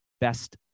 best